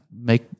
make